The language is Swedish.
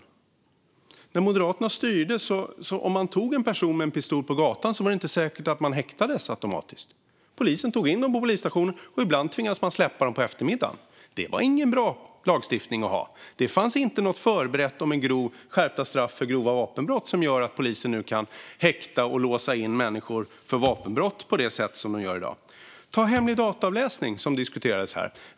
Under den tid Moderaterna styrde var det inte säkert att en person som greps med en pistol på gatan automatiskt blev häktad. Polisen tog in personen på polisstationen, och ibland tvingades man släppa personen på eftermiddagen. Det var ingen bra lagstiftning. Det fanns inget förberett om skärpta straff för grova vapenbrott. Det är dessa skärpta straff som gör att polisen nu kan häkta och låsa in människor för vapenbrott på det sätt man gör i dag. Se på hemlig dataavläsning, som diskuterades här!